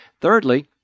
Thirdly